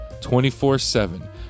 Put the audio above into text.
24-7